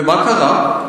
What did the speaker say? ומה קרה?